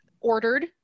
ordered